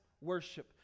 worship